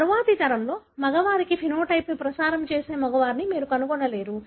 తరువాతి తరంలో మగవారికి ఫెనోటైప్ ను ప్రసారం చేసే మగవారిని మీరు కనుగొనలేరు